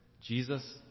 Jesus